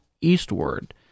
eastward